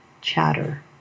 chatter